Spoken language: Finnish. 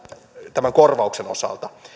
tämän korvauksen osalta